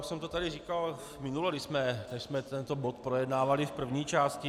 Já už jsem to tady říkal minule, když jsme tento bod projednávali v první části.